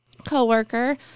co-worker